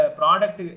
product